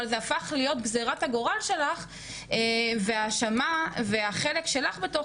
אבל זה הפך להיות גזרת הגורל שלך והחלק שלך בתוך